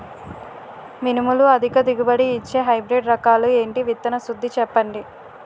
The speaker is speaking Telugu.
మినుములు అధిక దిగుబడి ఇచ్చే హైబ్రిడ్ రకాలు ఏంటి? విత్తన శుద్ధి చెప్పండి?